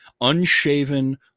Unshaven